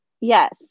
Yes